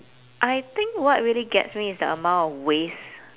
I think what really gets me is the amount of waste